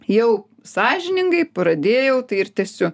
jau sąžiningai pradėjau tai ir tęsiu